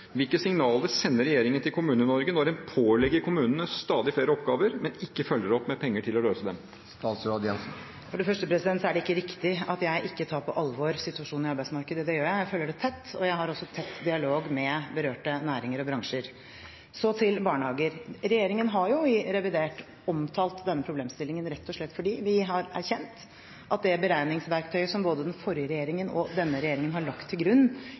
Hvilke signaler sender regjeringen til Kommune-Norge når den pålegger kommunene stadig flere oppgaver, men ikke følger opp med penger til å løse dem? For det første er det ikke riktig at jeg ikke tar på alvor situasjonen på arbeidsmarkedet. Det gjør jeg; jeg følger det tett, og jeg har også tett dialog med berørte næringer og bransjer. Så til barnehager. Regjeringen har i revidert omtalt denne problemstillingen, rett og slett fordi vi har erkjent at det beregningsverktøyet som både den forrige regjeringen og denne regjeringen har lagt til grunn